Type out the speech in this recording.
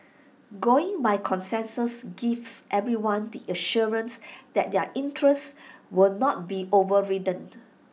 going by consensus gives everyone the assurance that their interests will not be overridden